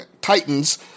Titans